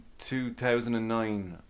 2009